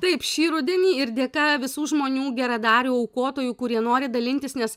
taip šį rudenį ir dėka visų žmonių geradarių aukotojų kurie nori dalintis nes